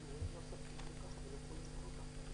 כשאנחנו מתוסכלים בדיון,